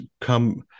come